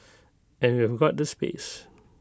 and we've got the space